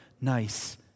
nice